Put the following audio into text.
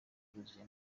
byuzuye